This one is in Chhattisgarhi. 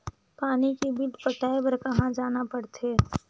पानी के बिल पटाय बार कहा जाना पड़थे?